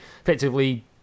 effectively